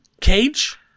Cage